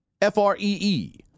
F-R-E-E